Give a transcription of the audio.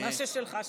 מה ששלך שלך.